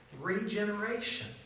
Regeneration